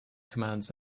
commands